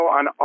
on